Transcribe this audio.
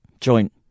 joint